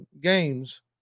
games